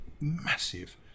massive